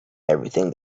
everything